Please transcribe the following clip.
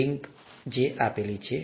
link આ છે